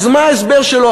אז מה ההסבר שלו?